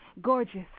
gorgeous